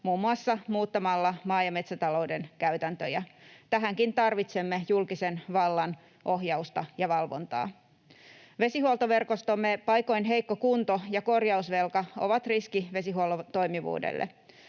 muun muassa muuttamalla maa- ja metsätalouden käytäntöjä. Tähänkin tarvitsemme julkisen vallan ohjausta ja valvontaa. Vesihuoltoverkostomme paikoin heikko kunto ja korjausvelka ovat riski vesihuollon toimivuudelle.